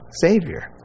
Savior